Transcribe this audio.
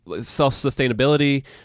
self-sustainability